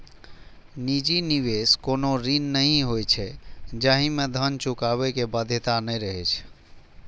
निजी निवेश कोनो ऋण नहि होइ छै, जाहि मे धन चुकाबै के बाध्यता नै रहै छै